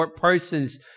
person's